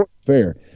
fair